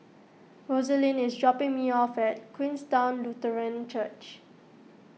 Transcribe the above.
Roselyn is dropping me off at Queenstown Lutheran Church